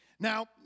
Now